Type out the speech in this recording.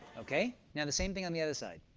ok. now the same thing on the other side.